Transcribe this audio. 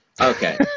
Okay